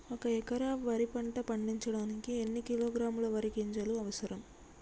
ఒక్క ఎకరా వరి పంట పండించడానికి ఎన్ని కిలోగ్రాముల వరి గింజలు అవసరం?